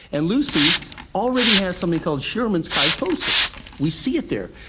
and lucy already has something called scheuermann's kyphosis, we see it there.